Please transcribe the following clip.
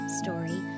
story